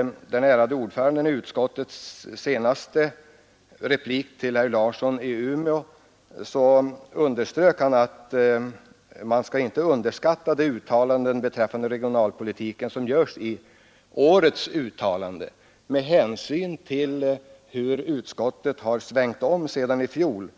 Utskottets ärade ordförande underströk i sin senaste replik till herr Larsson i Umeå att man inte skall underskatta de uttalanden beträffande regionalpolitiken som görs i årets uttalande. Med hänsyn till hur utskottet svängt om sedan i fjol